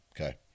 Okay